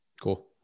Cool